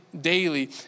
daily